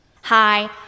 Hi